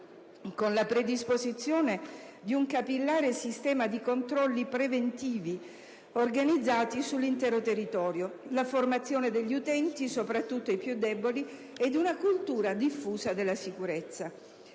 con la predisposizione di un capillare sistema di controlli preventivi organizzati sull'intero territorio, la formazione degli utenti, soprattutto i più deboli, e una cultura diffusa della sicurezza.